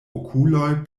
okuloj